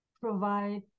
provide